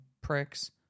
pricks